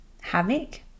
havoc